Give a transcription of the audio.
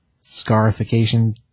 scarification